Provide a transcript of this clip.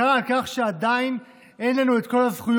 מחאה על כך שעדיין אין לנו את כל הזכויות